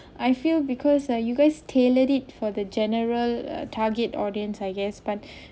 I feel because uh you guys tailored it for the general target audience I guess but